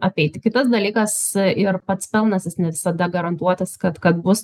apeiti kitas dalykas ir pats pelnas jis ne visada garantuotas kad kad bus